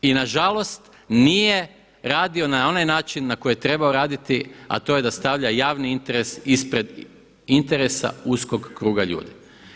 I na žalost nije radio na onaj način na koji je trebao raditi, a to je da stavlja javni interes ispred interesa uskog kruga ljudi.